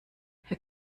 herr